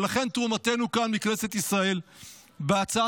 ולכן תרומתנו כאן מכנסת ישראל בהצעת